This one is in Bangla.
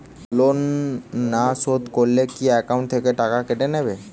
লোন না শোধ করলে কি একাউন্ট থেকে টাকা কেটে নেবে?